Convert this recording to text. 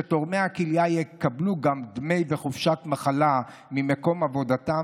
שתורמי הכליה יקבלו גם דמי מחלה וחופשת מחלה ממקום עבודתם,